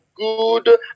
Good